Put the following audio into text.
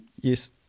Yes